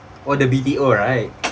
oh the B_T_O right